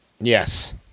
Yes